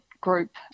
group